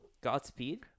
Godspeed